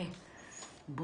נתחיל עם חברת הכנסת המציעה.